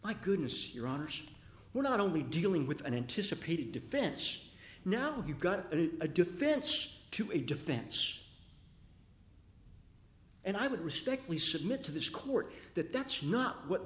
my goodness your honors were not only dealing with an anticipated defense now you've got a defense to a defense and i would respectfully submit to this court that that's not what